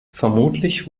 vermutlich